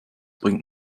bringt